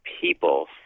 people